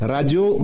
Radio